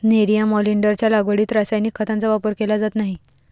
nerium ऑलिंडरच्या लागवडीत रासायनिक खतांचा वापर केला जात नाही